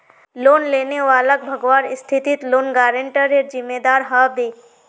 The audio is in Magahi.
लोन लेने वालाक भगवार स्थितित लोन गारंटरेर जिम्मेदार ह बे